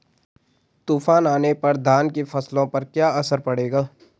तूफान आने पर धान की फसलों पर क्या असर पड़ेगा?